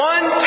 One